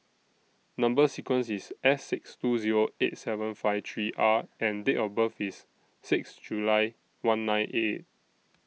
Number sequence IS S six two Zero eight seven five three R and Date of birth IS six July one nine eight eight